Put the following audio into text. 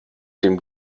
dem